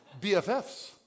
BFFs